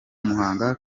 muhanga